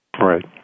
Right